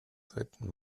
dritten